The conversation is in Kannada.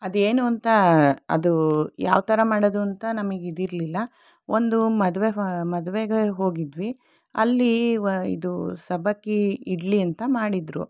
ಅದೇನು ಅಂತ ಅದು ಯಾವ ಥರ ಮಾಡೋದು ಅಂತ ನಮಗೆ ಇದು ಇರಲಿಲ್ಲ ಒಂದು ಮದುವೆ ಮದುವೆಗೆ ಹೋಗಿದ್ವಿ ಅಲ್ಲಿ ಇದು ಸಬ್ಬಕ್ಕಿ ಇಡ್ಲಿ ಅಂತ ಮಾಡಿದ್ರು